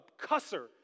cusser